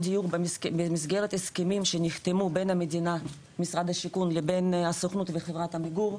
במסגרת הסכמים שנחתמו בין המדינה למשרד השיכון והסוכנות וחברת עמיגור,